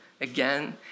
again